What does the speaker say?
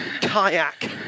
kayak